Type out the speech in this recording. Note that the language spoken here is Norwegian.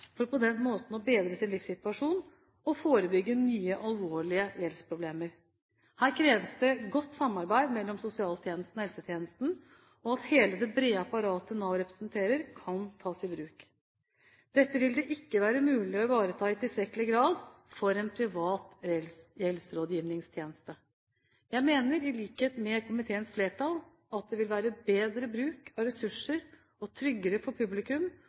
for på den måten å bedre sin livssituasjon og forebygge nye, alvorlige gjeldsproblemer. Her kreves det godt samarbeid mellom sosialtjenesten og hjemmetjenesten, og at hele det brede apparatet som Nav representerer, kan tas i bruk. Dette vil det ikke være mulig å ivareta i tilstrekkelig grad for en privat gjeldsrådgivningstjeneste. Jeg mener – i likhet med komiteens flertall – at det vil være bedre bruk av ressurser, og tryggere for publikum,